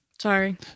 Sorry